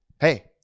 Hey